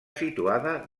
situada